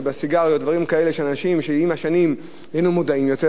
שבסיגריות ודברים כאלה שעם השנים נהיינו מודעים יותר,